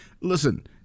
Listen